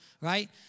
right